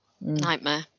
nightmare